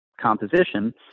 composition